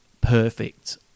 perfect